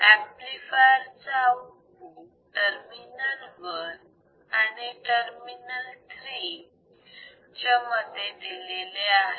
amplifier चे output terminal 1 आणि terminal 3 च्या मध्ये दिलेले आहे